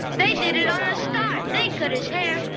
they did it on the star. they cut his hair.